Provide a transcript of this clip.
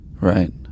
Right